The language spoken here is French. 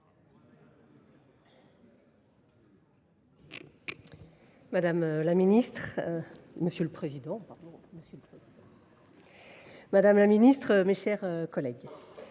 madame la ministre, mes chers collègues,